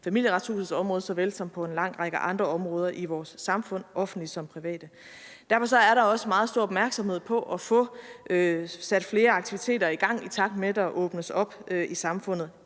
Familieretshusets område såvel som på en lang række andre områder i vores samfund, offentlige som private. Derfor er der også meget stor opmærksomhed på at få sat flere aktiviteter i gang, i takt med at der åbnes op i samfundet,